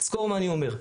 זכור מה אני אומר,